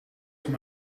van